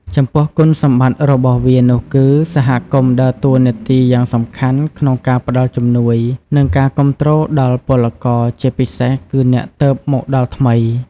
ចំពោះគុណសម្បត្តិរបស់វានោះគឺ សហគមន៍ដើរតួនាទីយ៉ាងសំខាន់ក្នុងការផ្ដល់ជំនួយ និងការគាំទ្រដល់ពលករ ជាពិសេសគឺអ្នកទើបមកដល់ថ្មី ។